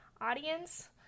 audience